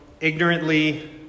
ignorantly